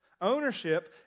Ownership